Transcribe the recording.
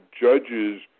judges